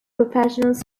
professionals